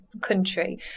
country